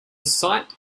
site